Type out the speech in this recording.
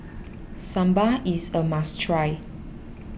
Sambal is a must try